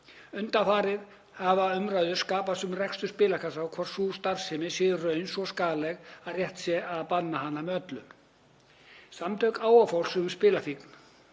Undanfarið hefur umræða skapast um rekstur spilakassa og hvort sú starfsemi sé í raun svo skaðleg að rétt sé að banna hana með öllu. Samtök áhugafólks um spilafíkn